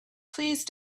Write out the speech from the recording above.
please